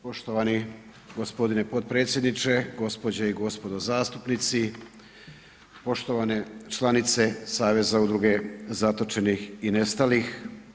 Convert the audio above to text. Poštovani gospodine potpredsjedniče, gospođe i gospodo zastupnici, poštovane članice Saveza udruge zatočenih i nestalih.